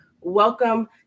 welcome